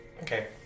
Okay